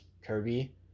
kirby